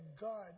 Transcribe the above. God